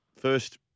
first